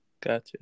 gotcha